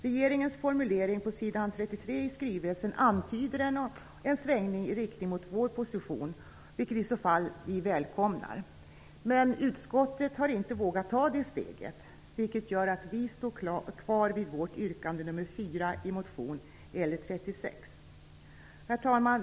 Regeringens formulering på s. 33 i skrivelsen antyder en svängning i riktning mot vår position, vilket vi i så fall välkomnar, men utskottet har inte vågat ta det steget, vilket gör att vi står fast vid vårt yrkande nr 4 i motion L36. Herr talman!